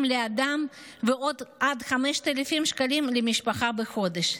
לאדם ועוד עד 5,000 שקלים למשפחה בחודש.